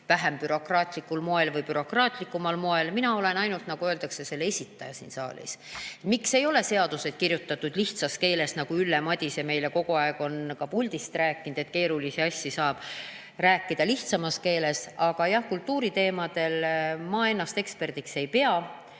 vähem bürokraatlikul moel või bürokraatlikumal moel. Mina olen ainult, nagu öeldakse, selle esitaja siin saalis. Miks ei ole seadus kirjutatud lihtsas keeles, nagu Ülle Madise meile kogu aeg on ka siit puldist rääkinud, et keerulisi asju saab rääkida lihtsamas keeles? Aga jah, kultuuriteemadel ma ennast eksperdiks ei pea.